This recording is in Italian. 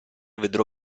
vedrò